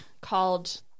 called